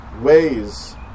ways